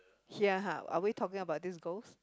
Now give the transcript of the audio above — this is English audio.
here ah are we talking about this ghost